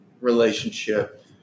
relationship